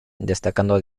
destacando